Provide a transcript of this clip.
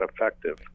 effective